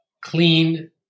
clean